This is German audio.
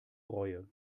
reue